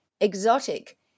exotic